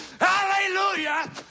Hallelujah